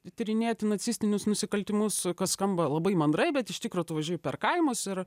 tyrinėti nacistinius nusikaltimus kas skamba labai mandrai bet iš tikro tu važiuoji per kaimus ir